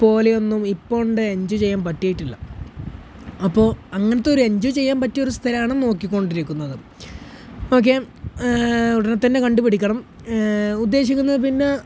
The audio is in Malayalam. പോലെയൊന്നും ഇപ്പോണ്ട് എഞ്ചോയ് ചെയ്യാൻ പറ്റിയിട്ടില്ല അപ്പോൾ അങ്ങനത്തെ ഒരു എഞ്ചോയ് ചെയ്യാൻ പറ്റിയൊരു സ്ഥലമാണ് നോക്കിക്കൊണ്ടിരിക്കുന്നത് ഓക്കെ ഉടനെത്തന്നെ കണ്ടുപിടിക്കണം ഉദ്ദേശിക്കുന്നത് പിന്നെ